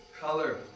color